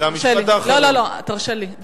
תרשה לי.